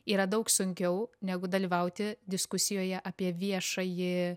yra daug sunkiau negu dalyvauti diskusijoje apie viešąjį